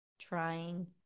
trying